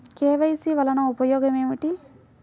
KYC వలన ఉపయోగం ఏమిటీ?